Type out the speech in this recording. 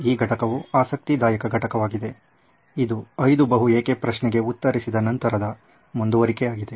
ಈ ಘಟಕವು ಆಸಕ್ತಿದಾಯಕ ಘಟಕವಾಗಿದೆ ಇದು ಐದು ಬಹು ಏಕೆ ಪ್ರಶ್ನೆಗಉತ್ತರಿಸಿದ ನಂತರದ ಮುಂದುವರಿಕೆಯಾಗಿದೆ